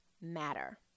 matter